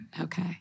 Okay